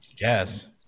yes